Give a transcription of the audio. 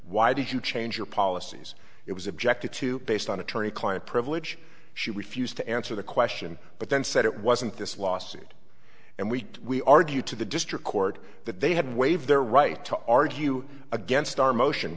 why did you change your policies it was objected to based on attorney client privilege she refused to answer the question but then said it wasn't this lawsuit and we we argued to the district court that they had waived their right to argue against our motion